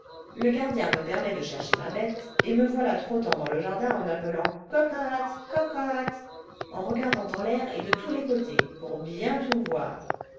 le gardien me permet de chercher ma bête et me voilà trottant dans le jardin en appelant cocotte cocotte en regardant en l'air et de tous les côtés pour bien tout voir